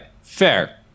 Fair